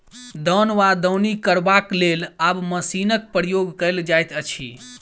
दौन वा दौनी करबाक लेल आब मशीनक प्रयोग कयल जाइत अछि